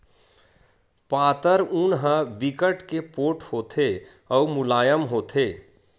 पातर ऊन ह बिकट के पोठ होथे अउ मुलायम होथे